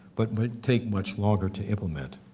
but but take much longer to implement.